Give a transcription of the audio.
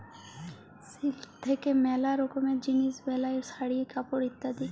silk থাক্যে ম্যালা রকমের জিলিস বেলায় শাড়ি, কাপড় ইত্যাদি